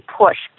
push